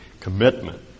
commitment